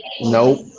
Nope